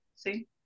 see